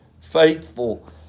faithful